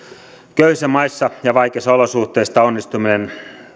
köyhissä maissa ja vaikeissa olosuhteissa onnistuminen